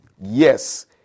Yes